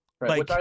Right